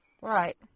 Right